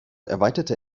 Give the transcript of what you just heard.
erweiterte